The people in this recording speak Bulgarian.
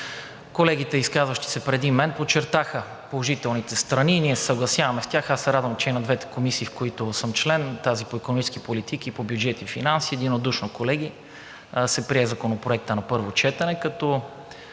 Колегите, изказващи се преди мен, подчертаха положителните страни, ние се съгласяваме с тях. Аз се радвам, че и на двете комисии, в които съм член – тази по икономическа политика, и бюджет и финанси, единодушно, колеги, се прие Законопроектът на първо четене, като